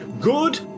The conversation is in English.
good